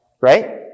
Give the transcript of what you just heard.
right